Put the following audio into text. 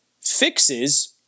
fixes